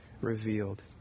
revealed